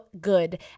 good